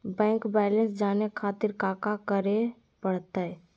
Bank balance जाने खातिर काका करे पड़तई?